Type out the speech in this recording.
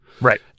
Right